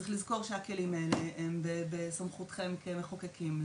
צריך לזכור שהכלים הם בסמכותכם המחוקקים,